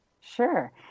Sure